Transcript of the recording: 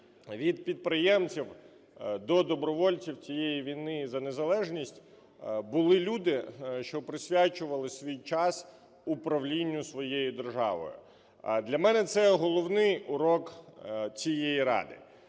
від підприємців до добровольців цієї війни за незалежність, були люди, що присвячували свій час управлінню своєю державою. Для мене це головний урок цієї Ради.